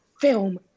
film